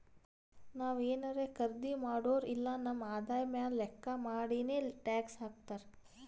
ನಾವ್ ಏನಾರೇ ಖರ್ದಿ ಮಾಡುರ್ ಇಲ್ಲ ನಮ್ ಆದಾಯ ಮ್ಯಾಲ ಲೆಕ್ಕಾ ಮಾಡಿನೆ ಟ್ಯಾಕ್ಸ್ ಹಾಕ್ತಾರ್